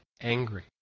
angry